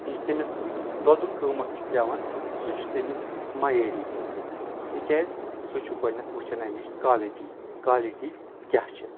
یُس أمِس دۄدُک قۭمت چھُ پٮ۪وان سُہ چھُ تٔمِس معیٲری پٮ۪وان تِکیٛازِ سُہ چھ گۄڈنٮ۪تھ وٕچھان امِچ کالٹی کالٹی کیٛاہ چھِ